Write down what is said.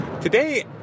Today